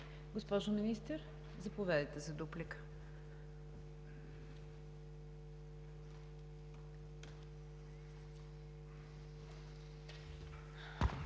Госпожо Министър, заповядайте за дуплика.